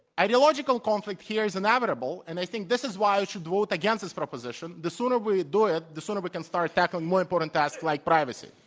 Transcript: ideological conflict here is inevitable and i think this is why you should vote against this proposition. the sooner we do it, the sooner we can start attacking more important threats like privacy.